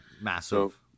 massive